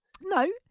No